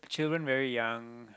children very young